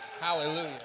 hallelujah